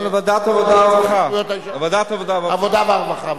העבודה והרווחה?